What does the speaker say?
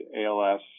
ALS